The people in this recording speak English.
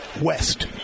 west